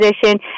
position